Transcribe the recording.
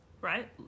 right